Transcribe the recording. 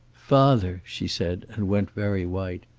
father! she said, and went very white.